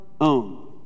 own